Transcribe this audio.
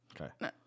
Okay